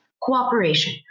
Cooperation